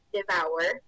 Devour